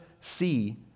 see